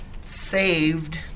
saved